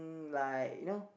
like you know